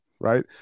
right